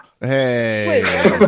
Hey